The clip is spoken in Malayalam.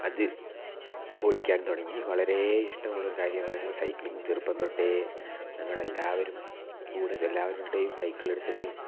അത് ഓടിക്കാൻ തുടങ്ങി വളരേ ഇഷ്ട്ടമുള്ള ഒരു കാര്യമായിരുന്നു സൈക്ലിങ് ചെറുപ്പം തൊട്ടേ ഞങ്ങളെല്ലാവരും കൂടെ എല്ലാവരുടെയും സൈക്കിൾ എടുത്തിട്ട്